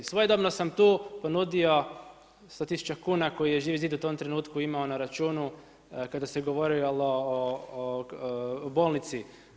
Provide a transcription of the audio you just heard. Svojedobno sam tu ponudio 100000 kuna koji je Živi zid u tom trenutku imao na računu kada se govorilo o bolnici.